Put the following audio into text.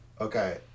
Okay